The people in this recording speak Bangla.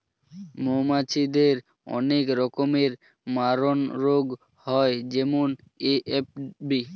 মৌমাছিদের অনেক রকমের মারণরোগ হয় যেমন এ.এফ.বি